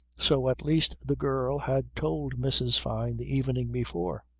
so at least the girl had told mrs. fyne the evening before.